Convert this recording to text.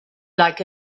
like